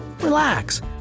relax